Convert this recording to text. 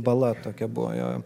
bala tokia buvo jo